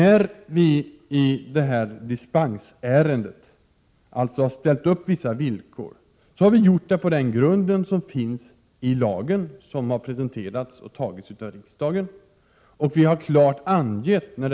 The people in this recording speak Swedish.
Vi har i dispensärendet ställt upp vissa villkor på den grund som lagen föreskriver och som har presenterats och beslutats i riksdagen.